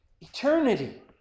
eternity